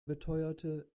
beteuerte